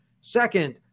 Second